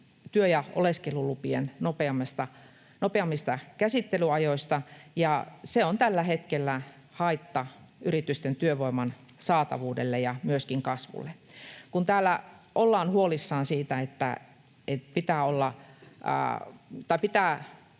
työ‑ ja oleskelulupien nopeammista käsittelyajoista, ja se on tällä hetkellä haitta yritysten työvoiman saatavuudelle ja myöskin kasvulle. Täällä ollaan huolissaan siitä, että pitää